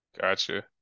Gotcha